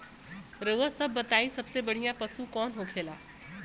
रउआ सभ बताई सबसे बढ़ियां पशु कवन होखेला?